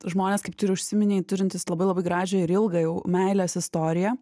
žmonės kaip tu ir užsiminei turintys labai labai gražią ir ilgą jau meilės istoriją